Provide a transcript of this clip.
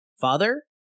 father